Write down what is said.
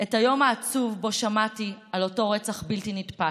את היום העצוב שבו שמעתי על אותו רצח בלתי נתפס.